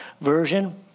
version